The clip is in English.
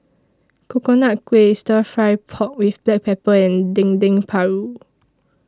Coconut Kuih Stir Fry Pork with Black Pepper and Dendeng Paru